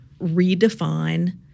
redefine